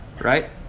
Right